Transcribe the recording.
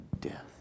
death